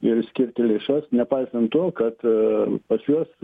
ir skirti lėšas nepaisant to kad pas juos